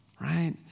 right